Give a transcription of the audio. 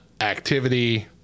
activity